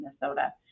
Minnesota